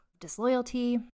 Disloyalty